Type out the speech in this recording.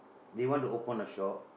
they want to open a shop